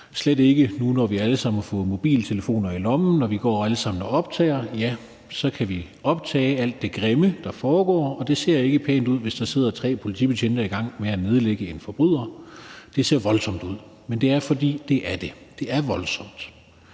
slet ikke nu, når vi alle sammen har fået en mobiltelefon i lommen og vi alle sammen går og optager, for så kan vi optage alt det grimme, der foregår, og det ser ikke pænt ud, hvis tre politibetjente er i gang med at nedlægge en forbryder. Det ser voldsomt ud, men det er, fordi det er det – det er voldsomt.